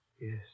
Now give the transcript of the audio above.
Yes